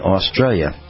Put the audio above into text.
Australia